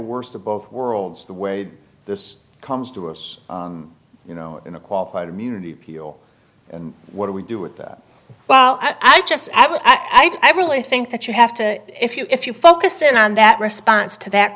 worst of both worlds the way this comes to us you know in a qualified immunity deal and what do we do with that i just add i really think that you have to if you if you focus in on that response to that